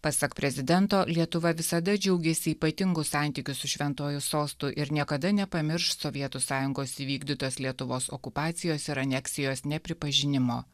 pasak prezidento lietuva visada džiaugiasi ypatingu santykiu su šventuoju sostu ir niekada nepamirš sovietų sąjungos įvykdytos lietuvos okupacijos ir aneksijos nepripažinimo